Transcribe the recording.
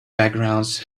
backgrounds